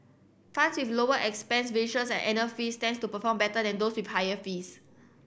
funds with lower expense ratios and annual fees tends to perform better than those with higher fees